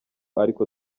ariko